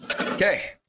Okay